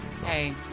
Hey